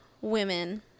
women